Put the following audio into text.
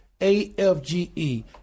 AFGE